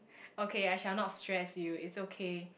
okay I shall not stress you it's okay